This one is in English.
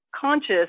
conscious